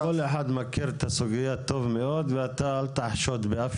- כל אחד מכיר את הסוגייה טוב מאוד ואתה אל תחשוד באף